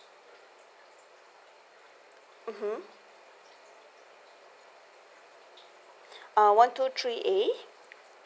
mmhmm one two three A